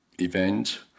event